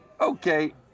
Okay